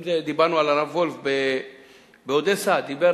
אם דיברנו על הרב וולף באודסה, דיבר